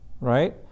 right